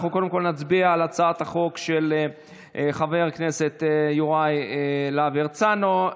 קודם כול נצביע על הצעת החוק של חבר הכנסת יוראי להב הרצנו,